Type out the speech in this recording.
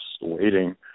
waiting